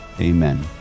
Amen